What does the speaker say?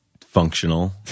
Functional